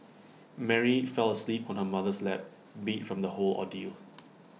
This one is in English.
Mary fell asleep on her mother's lap beat from the whole ordeal